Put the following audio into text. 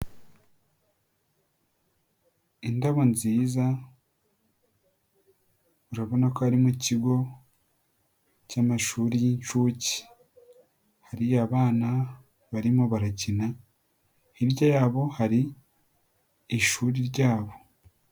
Indabo nziza urabona ko ari mu kigo cyamashuri y'inshuke hari bana barimo barakina hirya yabo hari ishuri ryabo.